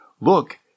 Look